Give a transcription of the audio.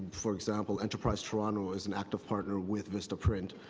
for example, enterprise toronto, is an active partner with vista print,